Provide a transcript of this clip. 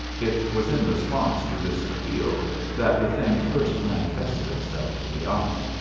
it was in response to this appeal that the thing first manifested itself to the eye.